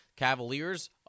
Cavaliers